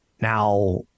Now